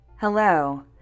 Hello